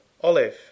olive